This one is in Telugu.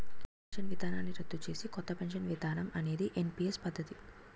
పాత పెన్షన్ విధానాన్ని రద్దు చేసి కొత్త పెన్షన్ విధానం అనేది ఎన్పీఎస్ పద్ధతి